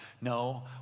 No